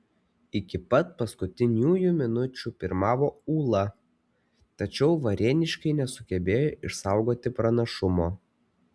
iki pat paskutiniųjų minučių pirmavo ūla tačiau varėniškiai nesugebėjo išsaugoti pranašumo